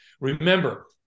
Remember